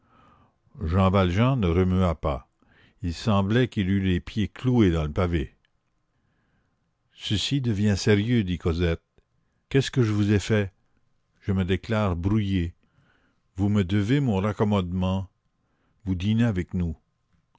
jean valjean ne remua pas il semblait qu'il eût les pieds cloués dans le pavé ceci devient sérieux dit cosette qu'est-ce que je vous ai fait je me déclare brouillée vous me devez mon raccommodement vous dînez avec nous